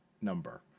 number